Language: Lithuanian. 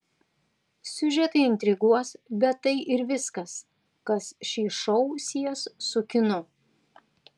siužetai intriguos bet tai ir viskas kas šį šou sies su kinu